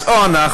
אז או אנחנו,